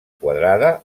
quadrada